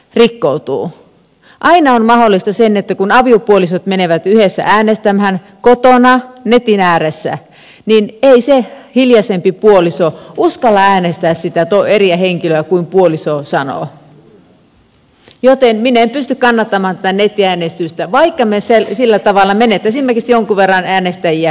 aina on mahdollista se että kun aviopuolisot menevät yhdessä äänestämään kotona netin ääressä niin se hiljaisempi puoliso ei uskalla äänestää eri henkilöä kuin mitä puoliso sanoo joten minä en pysty kannattamaan tätä nettiäänestystä vaikka me sillä tavalla menettäisimmekin jonkun verran äänestäjiä